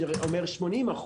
אומר 80 אחוז,